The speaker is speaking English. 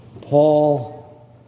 Paul